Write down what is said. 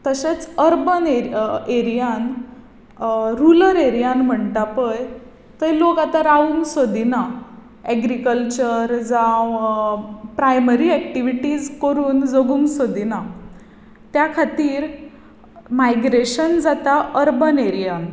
तशेंच अर्बन एरियांत रुरल एरियांत म्हणटा पळय थंय लोक आतां रावंक सोदिना एग्रिकलचर जावं प्रायमरी एक्टिव्हिटीझ करून जगूंक सोदिना त्या खातीर मायग्रेशन जाता अर्बन एरियांत